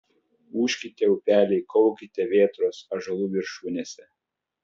ūžkite upeliai kaukite vėtros ąžuolų viršūnėse